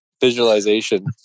visualization